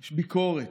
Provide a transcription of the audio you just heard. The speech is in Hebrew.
יש ביקורת.